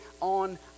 on